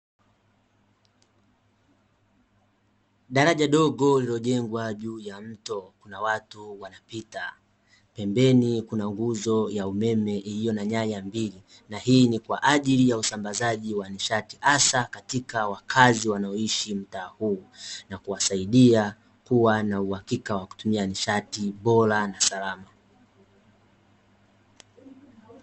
Daraja dogo lililo jegwa juu ya mto na watu wanapita pembeni kuna nguzo ya umeme iliyo na nyaya mbili na hii ni kwa ajili ya usambazaji wa nishati hasa katika wakazi wanaoishi mtaa huu na kuwasaidia kuwa na uhakika wa kutumia nishati bora na salama .